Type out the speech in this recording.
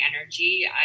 energy